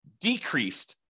decreased